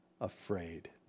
afraid